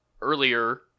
earlier